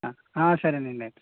సరేనండి అయితే